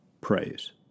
praise